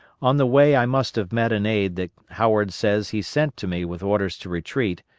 on the way i must have met an aide that howard says he sent to me with orders to retreat,